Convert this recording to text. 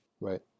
Right